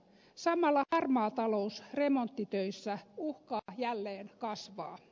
samalla harmaa talous remonttitöissä uhkaa jälleen kasvaa